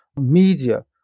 media